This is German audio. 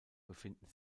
befinden